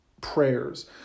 prayers